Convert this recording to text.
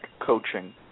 coaching